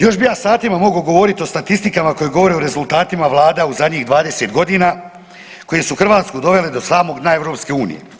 Još bih ja satima mogao govoriti o statistikama koje govore o rezultatima Vlada u zadnjih 20 godina koje su Hrvatsku dovele do samog dna EU.